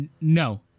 no